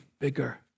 bigger